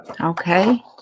Okay